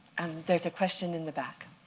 and there's a question in the back.